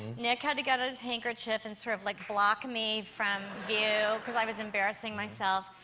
nick had to get out his hanker chief and sort of like block me from view because i was embarrassing myself.